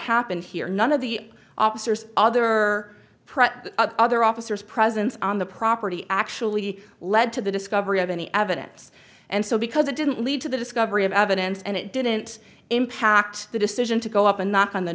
happened here none of the officers other prep other officers presence on the property actually led to the discovery of any evidence and so because it didn't lead to the discovery of evidence and it didn't impact the decision to go up and knock on the